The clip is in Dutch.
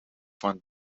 van